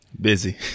Busy